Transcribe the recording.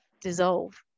dissolve